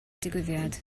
digwyddiad